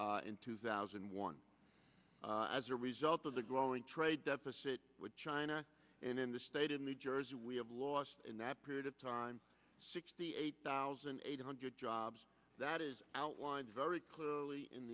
w in two thousand and one and as a result of the growing trade deficit with china and in the state of new jersey we have lost in that period of time sixty eight thousand eight hundred jobs that is outlined very clearly in